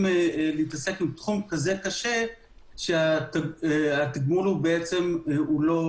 להתעסק בתחום כזה קשה שהתגמול לא מספיק.